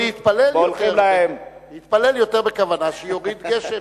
או להתפלל יותר בכוונה שיוריד גשם.